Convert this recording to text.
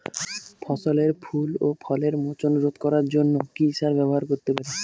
ফসলের ফুল ও ফলের মোচন রোধ করার জন্য কি সার ব্যবহার করতে পারি?